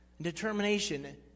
determination